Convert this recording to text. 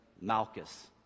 Malchus